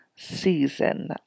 season